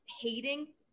hating